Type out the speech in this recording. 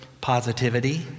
positivity